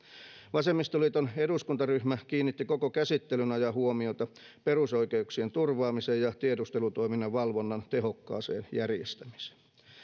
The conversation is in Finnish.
vasemmistoliiton eduskuntaryhmä kiinnitti koko käsittelyn ajan huomiota perusoikeuksien turvaamiseen ja tiedustelutoiminnan valvonnan tehokkaaseen järjestämiseen